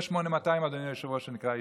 יש 8200, אדוני היושב-ראש, שנקרא ישיבות,